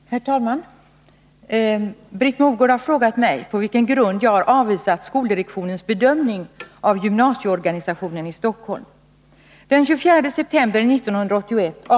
Herr talman! Britt Mogård har frågat mig på vilken grund jag har avvisat skoldirektionens bedömning av gymnasieorganisationen i Stockholm.